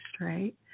right